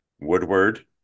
Woodward